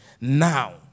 Now